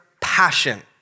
passion